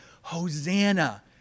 Hosanna